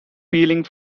peeling